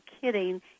kidding